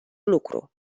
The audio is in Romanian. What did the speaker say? lucru